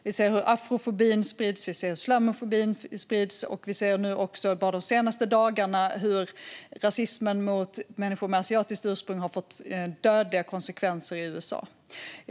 Vi ser hur afrofobin sprids, vi ser hur islamofobin sprids och vi ser nu bara de senaste dagarna hur rasismen mot människor med asiatiskt ursprung har fått dödliga konsekvenser i USA.